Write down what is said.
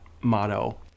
motto